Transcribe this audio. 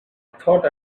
thought